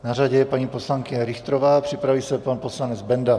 Na řadě je paní poslankyně Richterová, připraví se pan poslanec Benda.